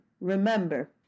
remember